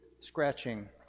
scratching